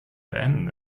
beenden